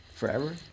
forever